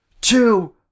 two